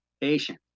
patient